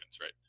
right